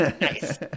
Nice